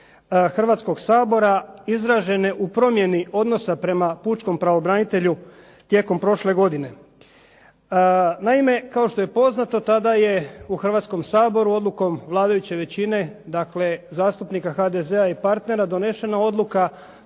Hrvatskog sabora izražene u promjeni odnosa prema pučkom pravobranitelju tijekom prošle godine. Naime, kao što je poznato, tada je u Hrvatskom saboru odlukom vladajuće većine, dakle zastupnika HDZ-a i partnera donesena odluka